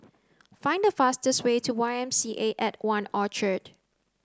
find the fastest way to Y M C A at One Orchard